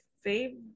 favorite